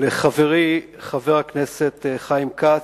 לחברי חבר הכנסת חיים כץ,